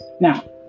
Now